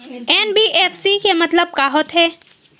NBFC के मतलब का होथे?